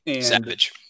Savage